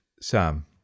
Sam